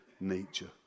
nature